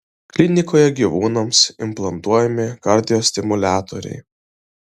klinikoje gyvūnams implantuojami kardiostimuliatoriai